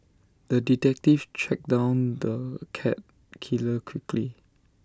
the detective tracked down the cat killer quickly